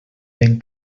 ben